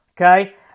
okay